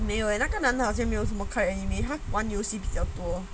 没有 leh 那个男的好像没有什么看 anime 好像玩游戏比较多